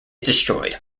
destroyed